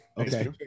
Okay